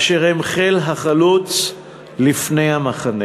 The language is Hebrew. אשר הם חיל החלוץ לפני המחנה: